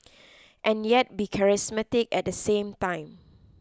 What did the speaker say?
and yet be charismatic at the same time